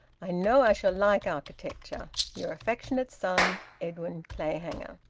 i know i shall like architecture your affectionate son, edwin clayhanger.